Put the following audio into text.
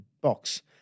box